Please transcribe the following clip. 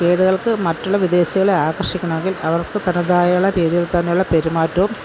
ഗെയ്ഡുകള്ക്ക് മറ്റുള്ള വിദേശികളെ ആകര്ഷിക്കണമെങ്കിൽ അവര്ക്ക് തനതായുള്ള രീതിയില് തന്നെയുള്ള പെരുമാറ്റവും